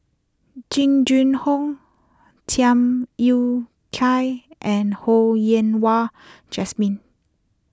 Jing Jun Hong Tham Yui Kai and Ho Yen Wah Jesmine